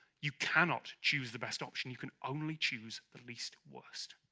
you cannot choose the best option. you can only choose the least worst